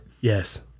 Yes